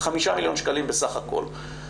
5 מיליון שקלים בסך הכל.